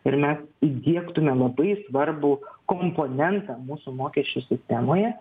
ir mes įdiegtume labai svarbų komponentą mūsų mokesčių sistemoje